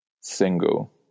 single